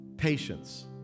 Patience